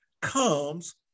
comes